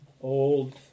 old